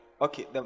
Okay